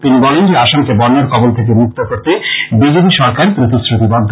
তিনি বলেন যে আসামকে বন্যার কবল থেকে মুক্ত করতে বি জে পি সরকার প্রতিশ্রুতিবদ্ধ